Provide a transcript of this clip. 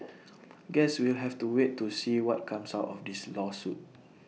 guess we'll have to wait to see what comes out of this lawsuit